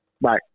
Bye